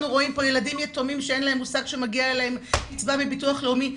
ילדים יתומים שאין להם מושג שמגיע להם קיצבה מביטוח לאומי.